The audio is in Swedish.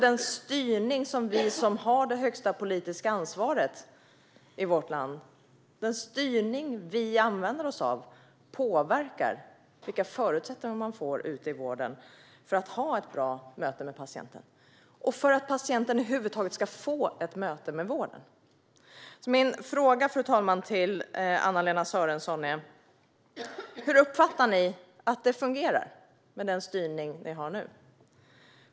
Den styrning som vi som har det högsta politiska ansvaret i vårt land använder oss av påverkar vilka förutsättningar man får ute i vården för att ha ett bra möte med patienten - och för att patienten över huvud taget ska få ett möte med vården. Min fråga till Anna-Lena Sörenson är, fru talman: Hur uppfattar ni att det fungerar med den styrning vi har nu?